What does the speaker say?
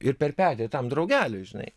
ir per petį tam draugeliui žinai